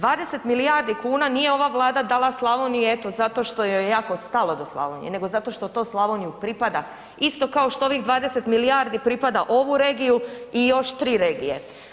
20 milijardi kuna nije ova Vlada dala Slavoniji eto zato što joj je jako stalo do Slavonije nego zato što to Slavoniji pripada, isto kao što ovih 20 milijardi pripada ovu regiju i još tri regije.